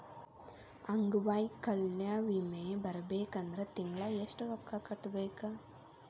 ಅಂಗ್ವೈಕಲ್ಯ ವಿಮೆ ಬರ್ಬೇಕಂದ್ರ ತಿಂಗ್ಳಾ ಯೆಷ್ಟ್ ರೊಕ್ಕಾ ಕಟ್ಟ್ಬೇಕ್?